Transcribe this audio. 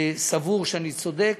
סבור שאני צודק.